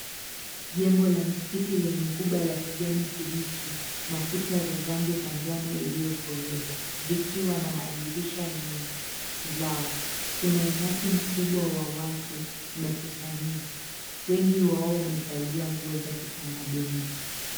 Jengo la msikiti lenye kuba la kijani kibichi na kuta za rangi ya njano iliyokoleza zikiwa na madirisha yenye milao. Kuna umati mkubwa wa watu wamekusanyika. Wengi wao wamevalia nguo za kitamaduni.